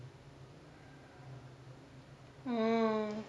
mm